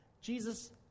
Jesus